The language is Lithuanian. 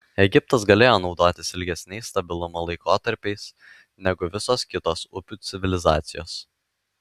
egiptas galėjo naudotis ilgesniais stabilumo laikotarpiais negu visos kitos upių civilizacijos